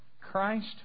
Christ